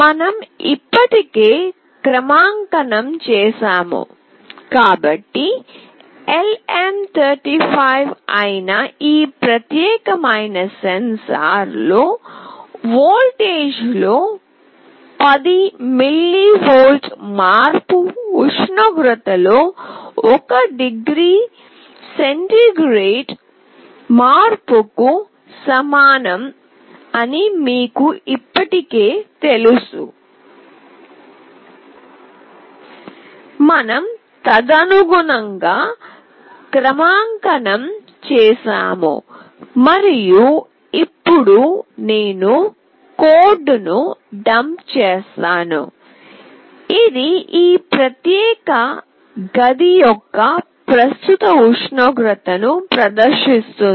మనం ఇప్పటికే క్రమాంకనం చేసాము కాబట్టి LM35 అయిన ఈ ప్రత్యేక సెన్సార్ లో వోల్టేజ్లో 10 మిల్లీవోల్ట్ మార్పు ఉష్ణోగ్రతలో 1 డిగ్రీ మార్పుకు సమానం అని మీకు ఇప్పటికే తెలుసు మనం తదనుగుణంగా క్రమాంకనం చేసాము మరియు ఇప్పుడు నేను కోడ్ను డంప్ చేస్తాను ఇది ఈ ప్రత్యేక గది యొక్క ప్రస్తుత ఉష్ణోగ్రతను ప్రదర్శిస్తుంది